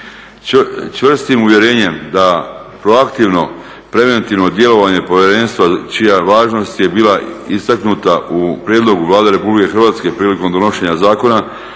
Čvrstim uvjerenjem da proaktivno preventivno djelovanje povjerenstva čija važnost je bila istaknuta u prijedlogu Vlade Republike Hrvatske prilikom donošenja zakona,